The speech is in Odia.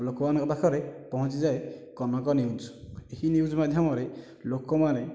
ଲୋକମାନଙ୍କ ପାଖରେ ପହଞ୍ଚିଯାଏ କନକ ନ୍ୟୁଜ୍ ଏହି ନ୍ୟୁଜ୍ ମାଧ୍ୟମରେ ଲୋକମାନେ